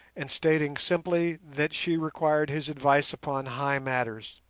and stating simply that she required his advice upon high matters.